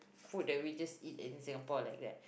food that we just eat in Singapore like that